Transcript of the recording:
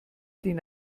din